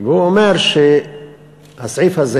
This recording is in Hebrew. הסעיף הזה